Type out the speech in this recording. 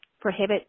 prohibit